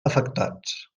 afectats